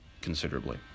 considerably